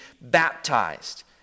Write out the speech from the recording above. baptized